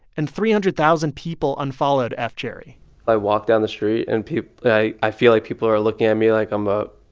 and three hundred thousand people unfollowed f jerry i walk down the street, and i i feel like people are looking at me like i'm a